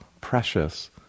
precious